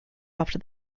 after